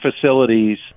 facilities